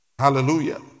Hallelujah